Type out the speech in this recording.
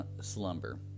slumber